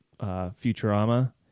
Futurama